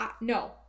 No